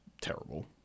terrible